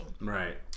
right